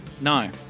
No